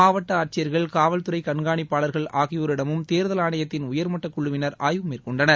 மாவட்ட ஆட்சியர்கள் காவல் துறை கண்காணிப்பாளர்கள் ஆகியோரிடமும் தேர்தல் ஆணையத்தின் உயர்மட்டக்குழுவினர் ஆய்வு மேற்கொண்டனர்